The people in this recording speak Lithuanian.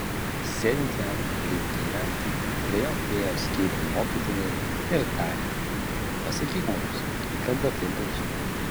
sėdint jam alyvų kalne prie jo priėjo skyrium mokytiniai ir tarė pasakyk mums kada tai bus